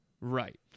Right